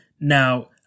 Now